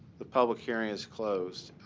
the public hearing is closed.